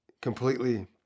completely